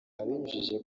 abinyujije